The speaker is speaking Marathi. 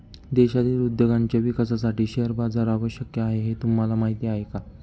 देशातील उद्योगांच्या विकासासाठी शेअर बाजार आवश्यक आहे हे तुम्हाला माहीत आहे का?